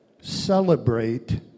celebrate